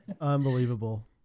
Unbelievable